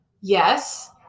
Yes